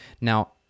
Now